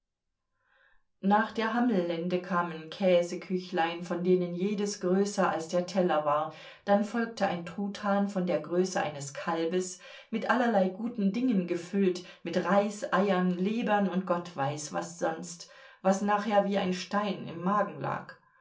nach der hammellende kamen käseküchlein von denen jedes größer als der teller war dann folgte ein truthahn von der größe eines kalbes mit allerlei guten dingen gefüllt mit reis eiern lebern und gott weiß was sonst was nachher wie ein stein im magen lag